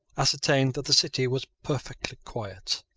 ascertained that the city was perfectly quiet,